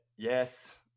Yes